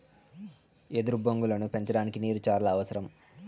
ఎదురు బొంగులను పెంచడానికి నీరు చానా అవసరం